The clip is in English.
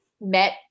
met